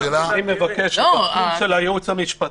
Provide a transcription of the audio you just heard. כי אני פשוט מבקש אחרי זה שיגידו מההתחלה כי אני לא מבין את המשפט.